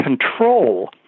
control